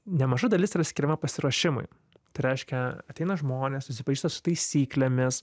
nemaža dalis yra skiriama pasiruošimui tai reiškia ateina žmonės susipažįsta su taisyklėmis